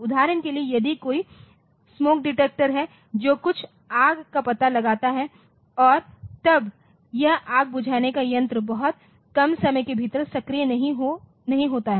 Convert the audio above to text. उदाहरण के लिए यदि कोई स्मोक डिटेक्टर है जो कुछ आग का पता लगाता है और तब यह आग बुझाने का यंत्र बहुत कम समय के भीतर सक्रिय नहीं होता है